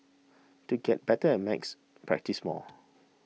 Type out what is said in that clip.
to get better at maths practise more